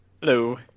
Hello